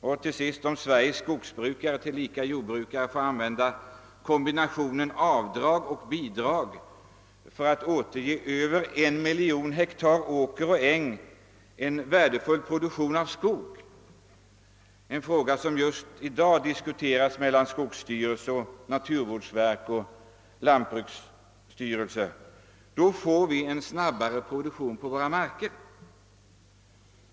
Och till sist: Om Sveriges skogsbrukare, tillika jordbrukare, får använda kombinationen avdrag och bidrag för att återge över en miljon hektar åker och äng en värdefull produktion av skog — en fråga som just i dag diskuteras mellan skogsstyrelsen, naturvårdsverket och lantbruksstyrelsen — får vi snabbare produktion på våra marker.